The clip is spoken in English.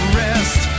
rest